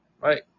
right